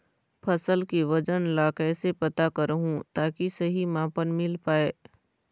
फसल के वजन ला कैसे पता करहूं ताकि सही मापन मील पाए?